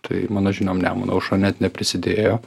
tai mano žiniom nemuno aušra net neprisidėjo